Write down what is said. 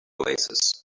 oasis